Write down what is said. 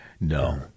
No